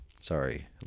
sorry